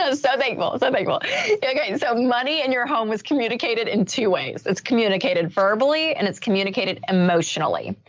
ah so thankful it's a big one. yeah yeah so money in your home was communicated in two ways. it's communicated verbally and it's communicated emotionally.